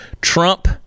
Trump